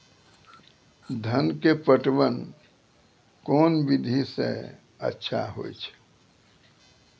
धान के पटवन कोन विधि सै अच्छा होय छै?